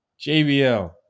jbl